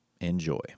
Enjoy